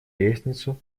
лестницу